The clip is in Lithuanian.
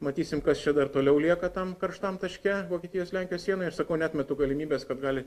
matysim kas čia dar toliau lieka tam karštam taške vokietijos lenkijos sienoj aš sakau neatmetu galimybės kad gali